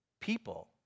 people